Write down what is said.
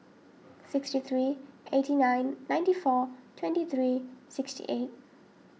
sixty three eighty nine ninety four twenty three sixty eight